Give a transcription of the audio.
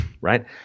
right